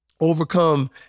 overcome